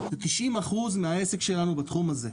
זה 90% מהעסק שלנו בתחום הזה.